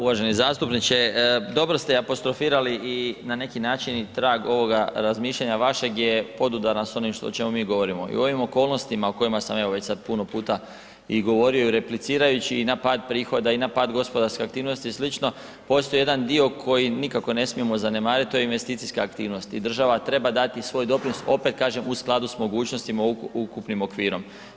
Uvaženi zastupniče, dobro ste apostrofirali i na neki način i trag ovog razmišljanja vašeg je podudarno s onim o čemu mi govorimo i u ovim okolnostima o kojima sam ja evo već sad puno puta i govorio i replicirajući, i na pad prihoda i na pad gospodarske aktivnosti i slično, postoji jedan dio koji nikako ne smijemo zanemariti a to je investicijska aktivnosti i država treba dati svoj doprinos, opet kažem u skladu s mogućnostima i ukupnim okvirom.